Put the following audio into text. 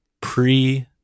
pre